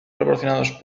proporcionados